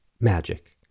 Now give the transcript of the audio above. magic